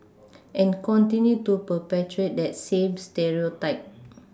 and continue to perpetuate that same stereotype